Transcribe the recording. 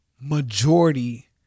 majority